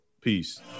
Peace